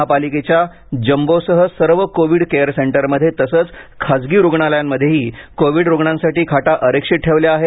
महापालिकेच्या जम्बोसह सर्व कोविड केअर सेंटरमध्ये तसंच खासगी रुग्णालयांमध्येही कोविड रुग्णांसाठी खाटा आरक्षित ठेवल्या आहेत